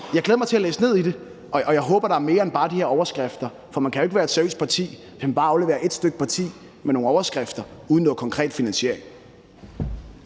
Jeg glæder mig til at læse ned i det, og jeg håber, der er mere end bare de her overskrifter. For man kan jo ikke være et seriøst parti, hvis man bare afleverer et stykke papir med nogle overskrifter uden noget konkret finansiering.